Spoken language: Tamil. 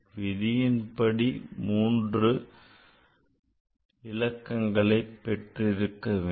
விதியின்படி மூன்று இலக்கங்களை பெற்றிருக்கவேண்டும்